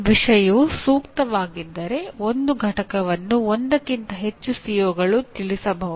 ವಿಷಯವು ಸೂಕ್ತವಾಗಿದ್ದರೆ ಒಂದು ಘಟಕವನ್ನು ಒಂದಕ್ಕಿಂತ ಹೆಚ್ಚು ಸಿಒಗಳು ತಿಳಿಸಬಹುದು